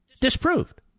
disproved